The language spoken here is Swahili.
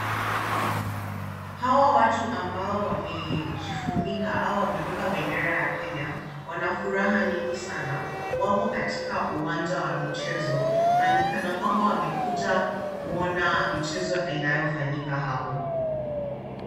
Hawa watu ambao wamejifunika au wamebeba bendera ya Kenya, wana furaha nyingi sana. Wamo katika uwanja wa michezo na ni kana kwamba wamekuja kuona mchezo inayofanyika hapo.